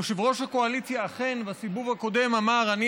יושב-ראש הקואליציה אכן בסיבוב הקודם אמר: אני